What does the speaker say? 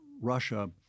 Russia